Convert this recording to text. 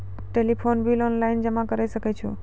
Telephone bill online जमा करै सकै छौ?